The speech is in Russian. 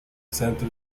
центр